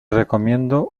recomiendo